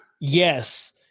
Yes